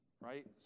right